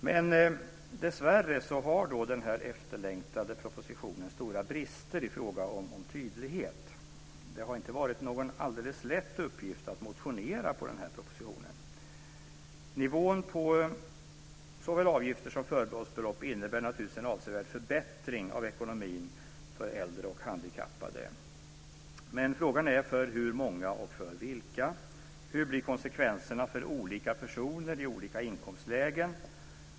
Men dessvärre har denna efterlängtade proposition stora brister i fråga om tydlighet. Det har inte varit någon alldeles lätt uppgift att motionera i anslutning till denna proposition. Nivån på såväl avgifter som förbehållsbelopp innebär naturligtvis en avsevärd förbättring av ekonomin för äldre och handikappade, men frågan är för hur många och för vilka. Hur blir konsekvenserna för olika personer i olika inkomstlägen?